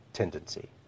tendency